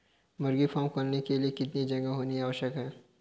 मुर्गी फार्म खोलने के लिए कितनी जगह होनी आवश्यक है?